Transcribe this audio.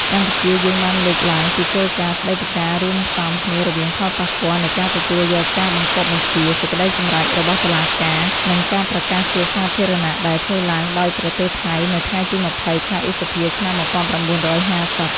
កម្ពុជាយើងបានលើកឡើងពីគោលការណ៍ស្ដីពីការរួមផ្សំគ្នារវាងផលប៉ះពាល់នៃការទទួលយកការបង្គាប់បញ្ជា សេចក្ដីសម្រេចរបស់តុលាការ និង ការប្រកាសជាសាធារណៈដែល ធ្វើឡើងដោយប្រទេសថៃ នៅថ្ងៃទី២០ ខែឧសភា ឆ្នាំ១៩៥០។